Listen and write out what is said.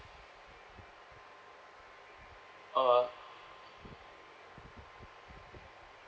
uh